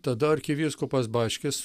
tada arkivyskupas bačkis